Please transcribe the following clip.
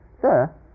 sir